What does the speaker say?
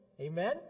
Amen